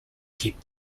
keep